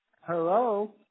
Hello